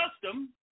custom